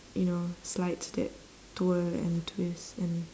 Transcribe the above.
you know slides that twirl and twist and